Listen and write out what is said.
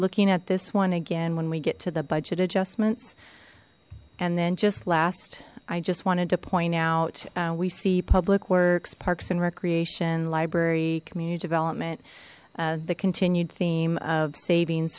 looking at this one again when we get to the budget adjustments and then just last i just wanted to point out we see public works parks and recreation library community development the continued theme of saving